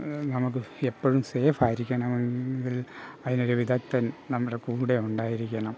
നമുക്ക് എപ്പോഴും സേഫ് ആയിരിക്കണമെങ്കിൽ അതിനൊരു വിദഗ്ദ്ധൻ നമ്മുടെ കൂടെ ഉണ്ടായിരിക്കണം